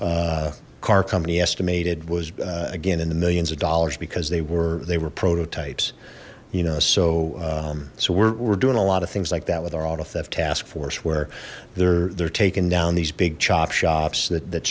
car company estimated was again in the millions of dollars because they were they were prototypes you know so so we're doing a lot of things like that with our auto theft task force where they're they're taken down these big chop shops that